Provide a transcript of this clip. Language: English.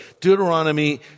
Deuteronomy